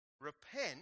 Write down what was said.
Repent